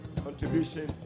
contribution